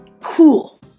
cool